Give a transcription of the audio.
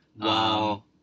Wow